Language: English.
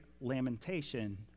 lamentation